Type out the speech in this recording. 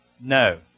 No